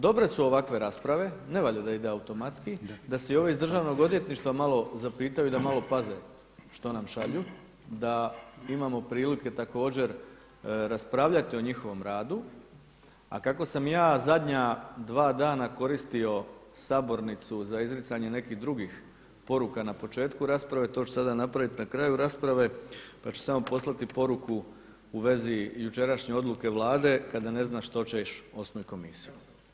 Dobre su ovakve rasprave, ne valjda da ide automatski, da se i ovi iz državnog odvjetništva malo zapitaju da malo paze što nam šalju, da imamo prilike također raspravljati o njihovom radu a kako sam ja zadnja dva dana koristio sabornicu za izricanje nekih drugih poruka na početku rasprave to ću sada napraviti na kraju rasprave pa ću samo poslati poruku u vezi jučerašnje odluke Vlade kada ne zna što ćeš osnuj komisiju.